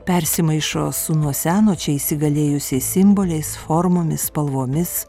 persimaišo su nuo seno čia įsigalėjusiais simboliais formomis spalvomis